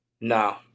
No